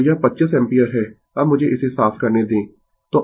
तो यह 25 एम्पीयर है अब मुझे इसे साफ करने दें